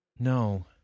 No